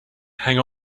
hang